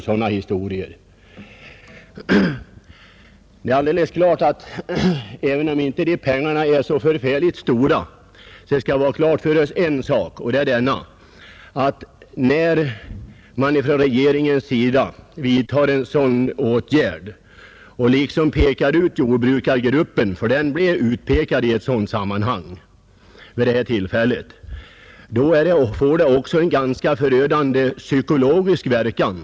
Även om dessa pengar inte är så stora, skall vi ha klart för oss att när regeringen vidtar en dylik åtgärd och liksom pekar ut jordbrukargruppen — ty den blir utpekad i detta sammanhang — får det också en ganska förödande psykologisk verkan.